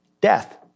death